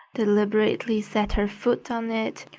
deliberately set her foot on it,